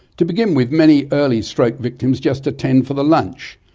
to begin with many early stroke victims just attend for the lunch,